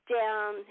down